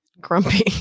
Grumpy